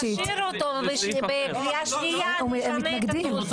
אז תשאירו אותו ובקריאה השנייה נשנה את הנוסח.